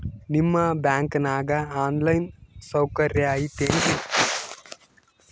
ನಿಮ್ಮ ಬ್ಯಾಂಕನಾಗ online ಸೌಕರ್ಯ ಐತೇನ್ರಿ?